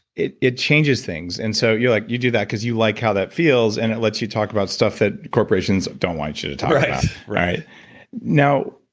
it it changes things. and so you like you do that because you like how that feels and it lets you talk about stuff that corporations don't want you to talk about now,